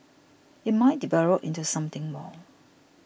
it might develop into something more